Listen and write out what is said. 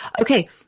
Okay